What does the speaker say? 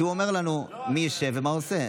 שאומר לנו מי ישב ומה עושה.